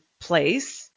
place